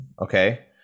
Okay